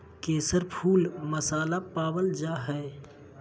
केसर फुल मसाला पावल जा हइ